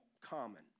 common